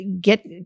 get